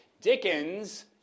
Dickens